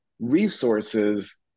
resources